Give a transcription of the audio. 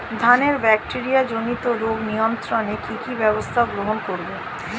ধানের ব্যাকটেরিয়া জনিত রোগ নিয়ন্ত্রণে কি কি ব্যবস্থা গ্রহণ করব?